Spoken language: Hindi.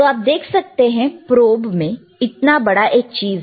तो आप देख सकते हैं प्रोब में इतना बड़ा एक चीज है